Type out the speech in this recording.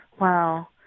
Wow